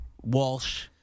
Walsh